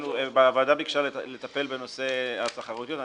הוועדה ביקשה לטפל בנושא התחרותיות.